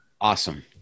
Awesome